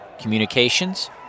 communications